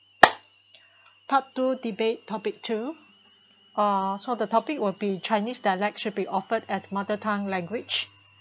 part two debate topic two ah so the topic will be Chinese dialect should be offered as mother tongue language